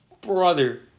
brother